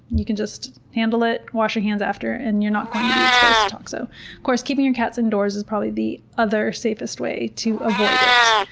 you can just handle it, wash your hands after, and you're not going to be exposed to toxo. of course, keeping your cats indoors is probably the other safest way to avoid it.